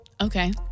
Okay